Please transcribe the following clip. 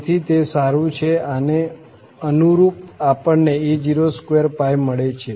તેથી તે સારું છે આને અનુરૂપ આપણને a02 મળે છે